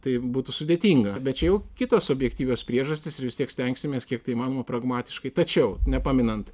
tai būtų sudėtinga bet čia jau kitos objektyvios priežastys ir vis tiek stengsimės kiek tai įmanoma pragmatiškai tačiau nepaminant